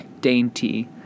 dainty